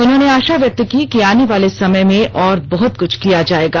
उन्होंने आशा व्यक्त की है कि आने वाले समय में और बहुत कुछ किया जाएगा